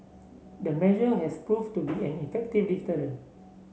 the measure has proved to be an effective deterrent